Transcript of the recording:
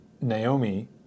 Naomi